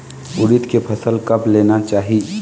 उरीद के फसल कब लेना चाही?